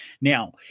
Now